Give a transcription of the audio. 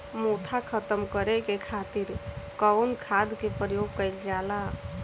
मोथा खत्म करे खातीर कउन खाद के प्रयोग कइल जाला?